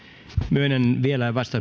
myönnän vielä